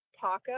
Taco